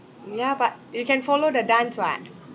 ya but you can follow the dance [what]